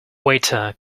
waiter